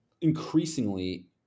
increasingly